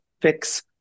fix